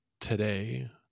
today